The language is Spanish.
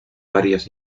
varias